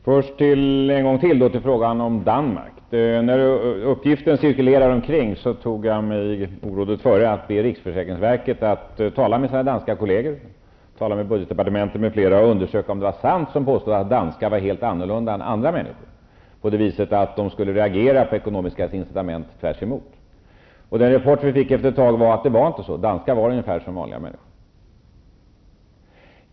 Herr talman! Först återigen till frågan om Danmark. Eftersom uppgifter cirkulerar omkring tog jag mig orådet före att be riksförsäkringsverket att tala med sina danska kolleger, budgetdepartementet m.fl., och undersöka om det var sant som påstods, nämligen att danskar var helt annorlunda än andra människor på det viset att de skulle reagera helt tvärtemot ekonomiska incitament. Den rapport vi fick efter ett tag visade att det inte var så. Danskar var ungefär som vanliga människor.